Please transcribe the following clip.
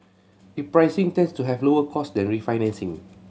repricing tends to have lower cost than refinancing